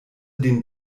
den